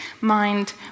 mind